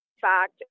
fact